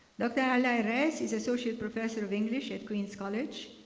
dr. ala alryyes is associate professor of english at queens college,